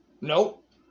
Nope